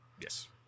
Yes